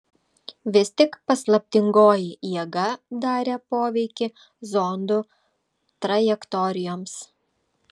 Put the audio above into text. vis tik paslaptingoji jėga darė poveikį zondų trajektorijoms